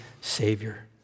savior